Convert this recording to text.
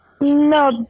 No